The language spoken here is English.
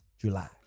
July